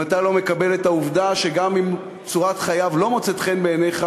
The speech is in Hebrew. אם אתה לא מקבל את העובדה שגם אם צורת חייו לא מוצאת חן בעיניך,